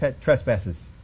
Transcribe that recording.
trespasses